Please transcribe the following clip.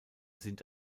sind